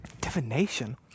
Divination